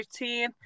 routine